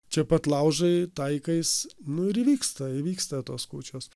čia pat laužai taikais nu ir įvyksta įvyksta tos kūčios